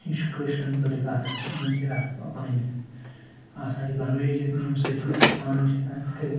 یہِ چھِ کٲشریٚن مُتعلِق اکھ یمن چھِ یہِ اکھ پنن آسان یہِ لنگویج یمہ سۭتۍ یہ پانہ ؤنۍ چھِ ہیٚکان کٔرِتھ